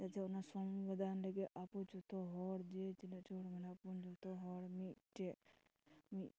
ᱪᱮᱫᱟᱜ ᱥᱮ ᱚᱱᱟ ᱥᱚᱝᱵᱤᱫᱷᱟᱱ ᱨᱮᱜᱮ ᱟᱵᱚ ᱡᱚᱛᱚ ᱦᱚᱲ ᱡᱮ ᱪᱤᱱᱟᱹ ᱦᱚᱲ ᱢᱮᱱᱟᱜᱼᱟ ᱵᱚᱱ ᱡᱚᱛᱚ ᱦᱚᱲ ᱢᱤᱫᱴᱮᱡ ᱢᱤᱫ